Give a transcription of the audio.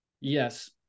Yes